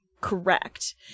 correct